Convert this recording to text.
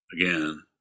again